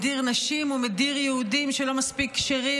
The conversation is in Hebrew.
מדיר נשים ומדיר יהודים שלא מספיק כשרים